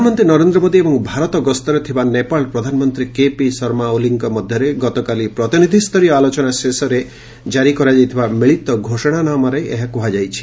ପ୍ରଧାନମନ୍ତ୍ରୀ ନରେନ୍ଦ୍ର ମୋଦି ଏବଂ ଭାରତ ଗସ୍ତରେ ଥିବା ନେପାଳ ପ୍ରଧାନମନ୍ତ୍ରୀ କେପି ଶର୍ମା ଓଲିଙ୍କ ମଧ୍ୟରେ ଗତକାଲି ପ୍ରତିନିଧିସରୀୟ ଆଲୋଚନା ଶେଷରେ ଜାରି କରାଯାଇଥିବା ମିଳିତ ଘୋଷଣାନାମାରେ ଏହା କୁହାଯାଇଛି